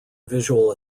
visual